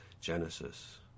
Genesis